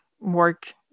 work